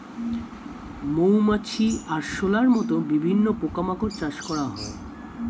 মৌমাছি, আরশোলার মত বিভিন্ন পোকা মাকড় চাষ করা হয়